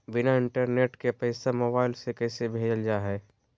बिना इंटरनेट के पैसा मोबाइल से कैसे भेजल जा है?